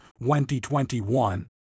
2021